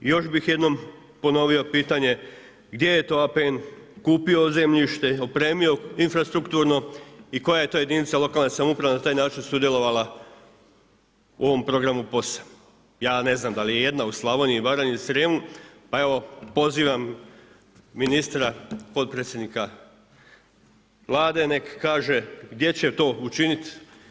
Još bih jednom ponovio pitanje, gdje je to APN kupio zemljište, opremio infrastrukturno i koja je to jedinica lokalne samouprave na taj način sudjelovala u ovom programu POS-a? ja ne znam da li je ijedna u Slavoniji i Baranji i Srijemu pa evo pozivam ministra, potpredsjednika Vlade nek kaže gdje će to učiniti.